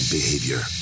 Behavior